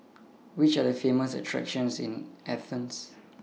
Which Are The Famous attractions in Athens